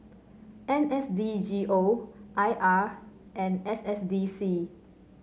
N S D G O I R and S S D C